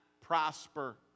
prosper